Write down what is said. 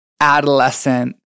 adolescent